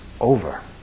over